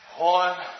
One